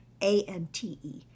A-N-T-E